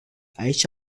aici